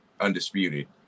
Undisputed